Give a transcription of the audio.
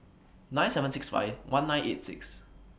nine seven six five one nine eight six